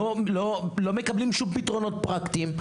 לא מקבלים שום פתרונות פרקטיים.